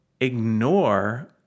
ignore